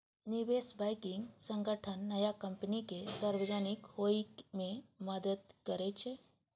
निवेश बैंकिंग संगठन नया कंपनी कें सार्वजनिक होइ मे मदति करै छै